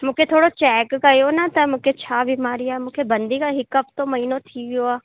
मूंखे थोरो चैक कयो न त मूंखे छा बीमारी आहे मूंखे बंदी खां हिकु हफ़्तो महीनो थी वियो आहे